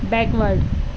backward